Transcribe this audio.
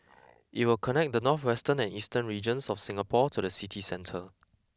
it will connect the northwestern and eastern regions of Singapore to the city centre